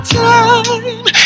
time